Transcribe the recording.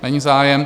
Není zájem.